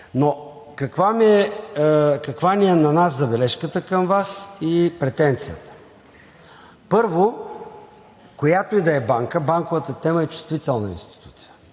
но каква ни е забележката към Вас и претенцията? Първо, за която и да е банка банковата тема е чувствителна институция